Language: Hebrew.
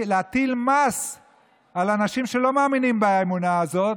להטיל מס על אנשים שלא מאמינים באמונה הזאת,